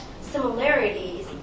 similarities